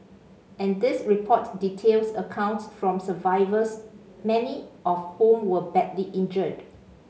and this report details accounts from survivors many of whom were badly injured